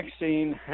vaccine